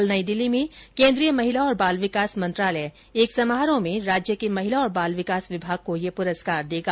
कल नई दिल्ली में केन्द्रीय महिला और बाल विकास मंत्रालय एक समारोह में राज्य के महिला और बाल विकास विभाग को यह पुरस्कार देगा